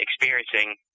experiencing